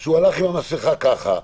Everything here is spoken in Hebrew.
שהוא הלך עם המסכה מתחת לאף,